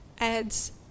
adds